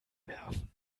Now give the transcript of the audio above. werfen